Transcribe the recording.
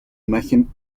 imagen